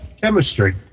Chemistry